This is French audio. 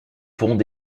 pont